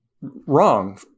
wrong